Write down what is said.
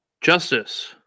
justice